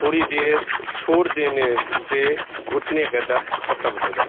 تھوڑی دیر چھوڑ دینے سے گھٹنے کا درد ختم ہو جاتا ہے